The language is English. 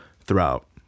throughout